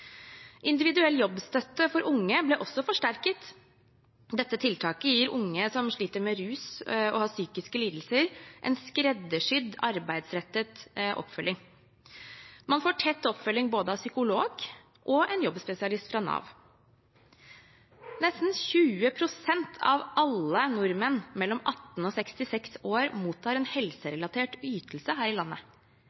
Individuell jobbstøtte for unge ble også forsterket. Dette tiltaket gir unge som sliter med rus og psykiske lidelser, en skreddersydd arbeidsrettet oppfølging. Man får tett oppfølging både av psykolog og en jobbspesialist fra Nav. Nesten 20 pst. av alle nordmenn mellom 18 og 66 år mottar en